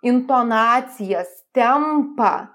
intonacijas tempą